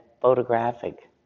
photographic